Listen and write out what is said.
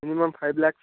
minimum five lakhs